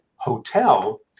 hotel